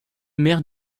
mère